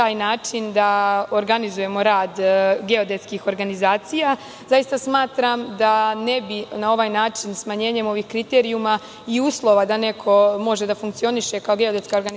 da organizujemo geodetske organizacije, na ovaj način, smanjenjem ovih kriterijuma i uslova da neko može da funkcioniše kao geodetska organizacija,